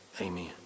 Amen